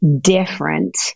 different